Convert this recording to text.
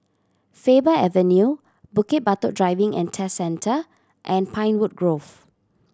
Faber Avenue Bukit Batok Driving and Test Centre and Pinewood Grove